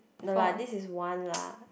no lah this is one lah